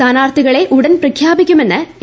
സ്ഥാനാർത്ഥികളെ ഉടൻ പ്രഖ്യാപിക്കുമെന്ന് എ